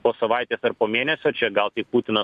po savaitės ar po mėnesio čia gal tik putinas